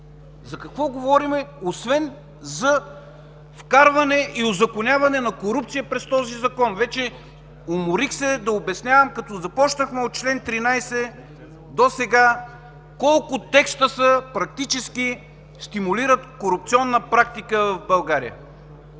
За какво говорим, освен за вкарване и узаконяване на корупция през този Закон? Вече се уморих да обяснявам като започнахме от чл. 13 до сега колко текста практически стимулират корупционна практика в България.